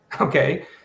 okay